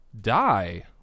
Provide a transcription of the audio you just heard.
die